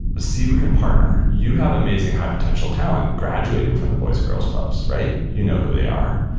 see if we can partner. you have amazing high-potential talent graduating from the boys and girls clubs, right? you know who they are.